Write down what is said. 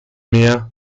meer